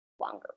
longer